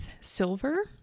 silver